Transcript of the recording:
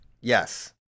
Yes